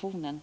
poängen.